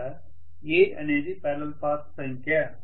ఇక్కడ a అనేది parallel paths సంఖ్య